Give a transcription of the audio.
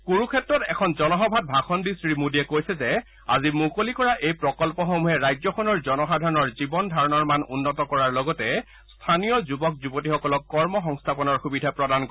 কুৰুক্ষেত্ৰত এখন জন সভাত ভাষণ দি শ্ৰী মোদীয়ে কৈছে যে আজি মুকলি কৰা এই প্ৰকল্পসমূহে ৰাজ্যখনৰ জনসাধাৰণৰ জীৱন ধাৰণৰ মান উন্নত কৰাৰ লগতে স্থানীয় যুৱক যুৱতীসকলক কৰ্ম সংস্থাপনৰ সুবিধা প্ৰদান কৰিব